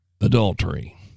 Adultery